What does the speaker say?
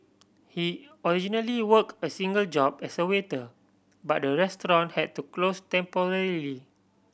he originally work a single job as a waiter but the restaurant had to close temporarily